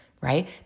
right